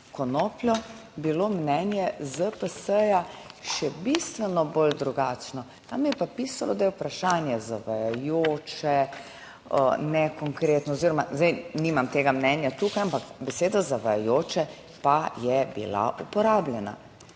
konopljo bilo mnenje ZPS še bistveno bolj drugačno, tam je pa pisalo, da je vprašanje zavajajoče, nekonkretno oziroma zdaj nimam tega mnenja tukaj, ampak beseda zavajajoče pa je bila uporabljena,